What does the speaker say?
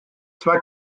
twa